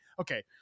okay